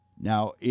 Now